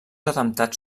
atemptats